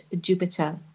jupiter